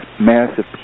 massive